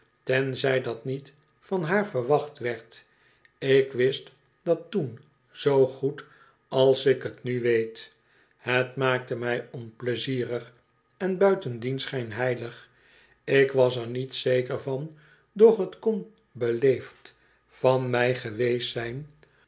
tenzij dat niet van haar verwacht wierd ik wist dat toen zoo goed als ik t nu weet het maakte mij onpleizierig en buitendien schijnheilig ik was er niet zeker van doch t kon beleefd van m ij geweest zijn